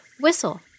whistle